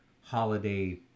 holiday